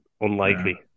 unlikely